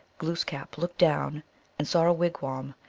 glooskap looked down and saw a wigwam,